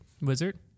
Wizard